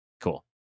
Cool